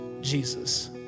Jesus